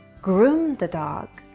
groom the dog,